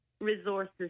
resources